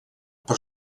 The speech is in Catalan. per